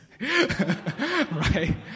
right